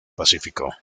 pacífico